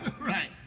Right